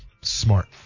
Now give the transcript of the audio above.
smart